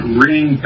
ring